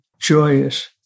joyous